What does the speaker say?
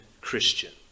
Christian